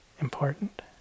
important